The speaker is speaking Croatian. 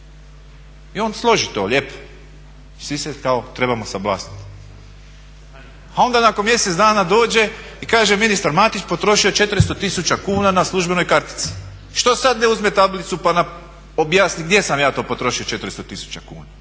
I on složi to lijepo i svi se kao trebamo sablazniti. A onda nakon mjesec dana dođe i kaže ministar Matić potrošio 400 tisuća kuna na službenoj kartici. Što sad ne uzme tablicu pa nam objasni gdje sam ja to potrošio 400 tisuća kuna?